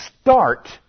start